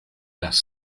las